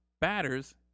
batters